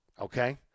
okay